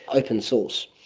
open source.